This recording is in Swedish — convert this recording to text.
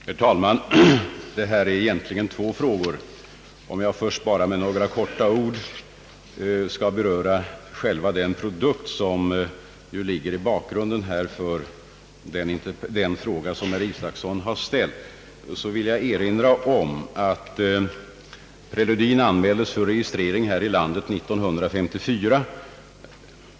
Herr talman! Detta är egentligen två frågor. Om jag först bara helt kortfattat skall beröra själva den produkt, som ligger i bakgrunden för den fråga som herr Isacson har ställt, så vill jag erinra om att preludin anmäldes för registrering här i landet 1954.